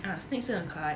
ah snakes 是很可爱